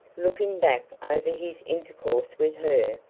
looking back over his intercourse with her,